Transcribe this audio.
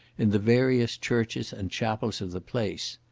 in the various churches and chapels of the place.